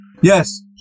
Yes